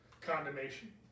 Condemnation